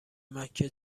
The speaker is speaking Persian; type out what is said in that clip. مکه